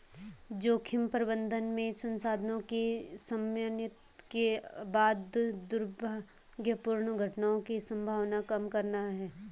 जोखिम प्रबंधन में संसाधनों के समन्वित के बाद दुर्भाग्यपूर्ण घटनाओं की संभावना कम करना है